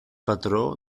patró